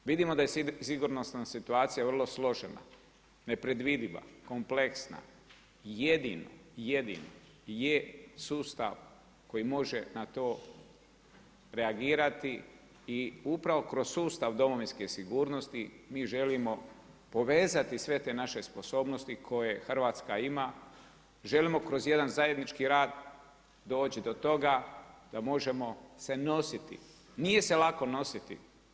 Vidimo da je sigurnosna situacija vrlo složena, nepredvidiva, kompleksna i jedini je sustav koji može na to reagirati i upravo kroz sustav domovinske sigurnosti mi želimo povezati sve te naše sposobnosti koje Hrvatska ima, želimo kroz jedan zajednički rad doći do toga, da možemo se nositi, nije se lako nositi.